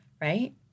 right